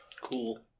Cool